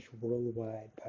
Worldwide